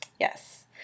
Yes